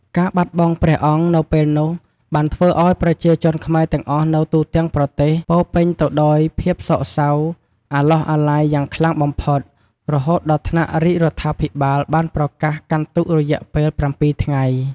ការបាត់បង់ព្រះអង្គនៅពេលនោះ បានធ្វើឱ្យប្រជាជនខ្មែរទាំងអស់នៅទូទាំងប្រទេស ពោរពេញទៅដោយភាពសោកសៅអាឡោះអាល័យយ៉ាងខ្លាំងបំផុត រហូតដល់ថ្នាក់រាជរដ្ឋាភិបាលបានប្រកាសកាន់ទុក្ខរយៈពេល ៧ ថ្ងៃ។